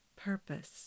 purpose